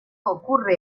ocurre